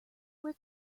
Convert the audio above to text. where